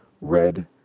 Red